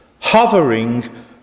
hovering